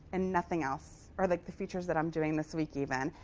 and nothing else or like the features that i'm doing this week, even.